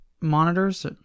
monitors